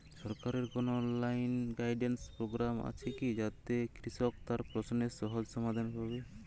সরকারের কোনো online guidance programme আছে কি যাতে কৃষক তার প্রশ্নের সহজ সমাধান পাবে?